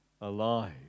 alive